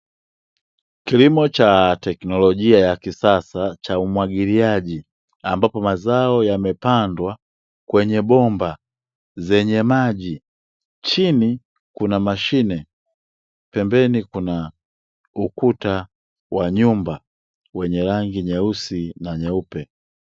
Kilimo cha teknolojia ya kisasa cha umwagiliaji, ambapo mazao yamepandwa kwenye bomba zenye maji. Chini kuna mashine. Pembeni kuna ukuta wa nyumba, wenye rangi nyeusi na nyeupe.